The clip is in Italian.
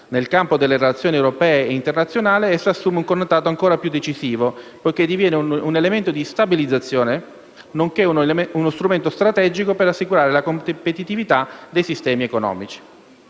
Nel campo delle relazioni europee e internazionali, essa assume un connotato ancora più decisivo poiché diviene un elemento di stabilizzazione nonché uno strumento strategico per assicurare la competitività dei sistemi economici.